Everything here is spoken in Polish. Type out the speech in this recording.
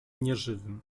nieżywym